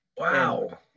Wow